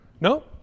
No